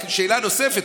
רק שאלה נוספת,